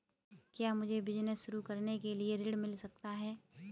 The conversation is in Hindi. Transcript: क्या मुझे बिजनेस शुरू करने के लिए ऋण मिल सकता है?